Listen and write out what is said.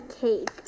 cake